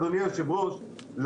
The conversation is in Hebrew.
אדוני יושב הראש,